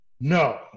no